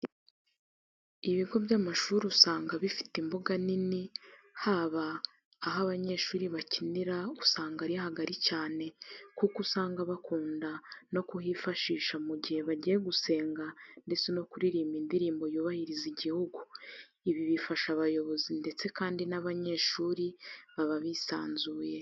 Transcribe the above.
Ibigo by'amashuri usanga bifite imbuga nini haba aho abanyeshuri bakinira usanga ari hagari cyane kuko usanga bakunda no kuhifashisha mu gihe bagiye gusenga ndetse no kuririmba indirimbo yubahiriza igihugu, ibi bifasha abayobozi ndetse kandi n'abanyeshuri baba bisanzuye.